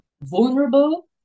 vulnerable